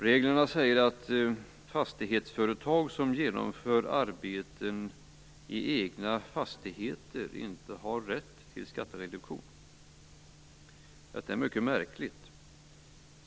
Reglerna säger att fastighetsföretag som genomför arbeten i egna fastigheter inte har rätt till skattereduktion. Detta är mycket märkligt.